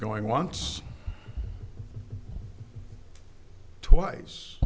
going once twice